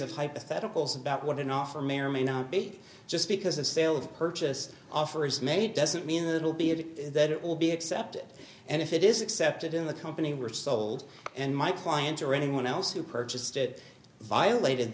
of hypotheticals about what an offer may or may not be just because a sale of purchase offer is made doesn't mean that it will be added that it will be accepted and if it is accepted in the company were sold and my client or anyone else who purchased it violated